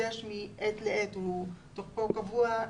שמתחדש מעת לעת ותוקפו קבוע,